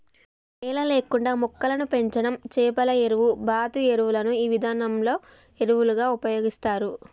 నేల లేకుండా మొక్కలను పెంచడం చేపల ఎరువు, బాతు ఎరువులను ఈ విధానంలో ఎరువులుగా ఉపయోగిస్తారు